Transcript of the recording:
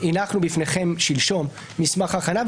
הנחנו בפניכם שלשום מסמך הכנה,